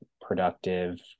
productive